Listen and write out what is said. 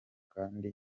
kandi